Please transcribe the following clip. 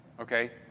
Okay